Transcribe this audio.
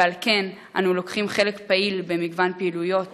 ועל כן אנו לוקחים חלק פעיל במגוון פעילויות